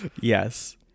yes